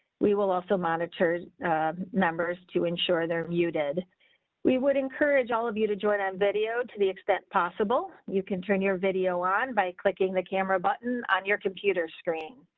we will also monitor numbers to ensure their view. did we would encourage all of you to join on video to the extent possible you can turn your video on by clicking the camera button on your computer screen.